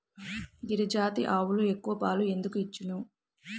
గిరిజాతి ఆవులు ఎక్కువ పాలు ఎందుకు ఇచ్చును?